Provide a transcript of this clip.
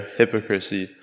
hypocrisy